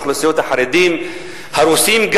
אוכלוסיית החרדים והרוסים,